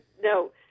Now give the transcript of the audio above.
No